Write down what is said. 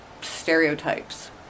stereotypes